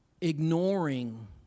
ignoring